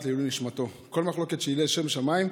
לעילוי נשמתו: כל מחלוקת שהיא לשם שמיים,